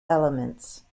elements